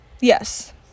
yes